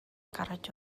гаргаж